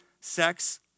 sex